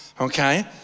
okay